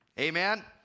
amen